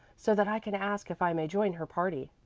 so that i can ask if i may join her party.